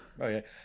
Okay